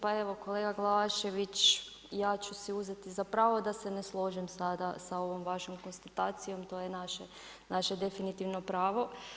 Pa evo kolega Glavašević, ja ću si uzeti za pravo da se ne složim sada ovom konstatacijom, to je naše definitivno pravo.